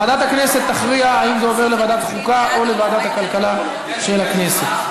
ועדת הכנסת תכריע אם זה עובר לוועדת חוקה או לוועדת הכלכלה של הכנסת.